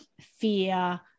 fear